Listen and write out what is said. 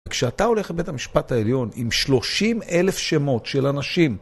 כשאתה הולך לבית המשפט העליון עם שלושים אלף שמות של אנשים,